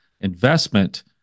investment